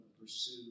pursue